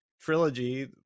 trilogy